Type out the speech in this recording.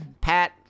Pat